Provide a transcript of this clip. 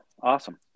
awesome